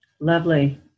Lovely